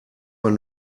man